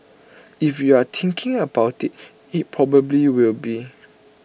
if you're thinking about IT it probably will be